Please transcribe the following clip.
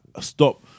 Stop